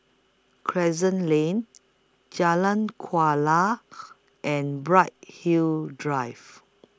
Crescent Lane Jalan Kuala and Bright Hill Drive